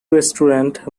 restaurant